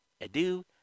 adieu